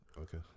Okay